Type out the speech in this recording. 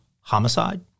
homicide